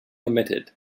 omitted